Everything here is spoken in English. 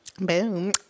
boom